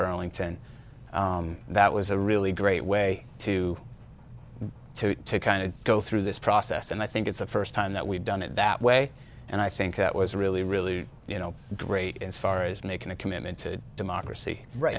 burlington that was a really great way to kind of go through this process and i think it's the first time that we've done it that way and i think that was a really really you know great insofar as making a commitment to democracy right